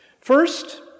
First